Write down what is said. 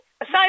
Aside